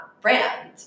brand